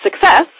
success